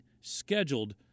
scheduled